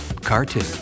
cartoon